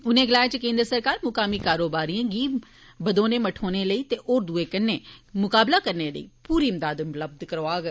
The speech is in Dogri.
उनें गलाया जे केन्द्र सरकार म्कामी कारोबारियें गी बद्दने मठोने लेई ते होरने दूए कन्नै म्काबला करने लेई पूरी इमदाद उपलब्ध करोआग